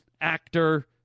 actor